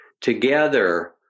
Together